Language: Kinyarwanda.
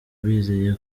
bizeye